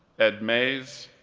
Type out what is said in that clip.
ed mays,